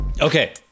Okay